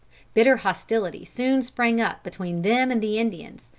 bitter hostility soon sprang up between them and the indians,